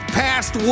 past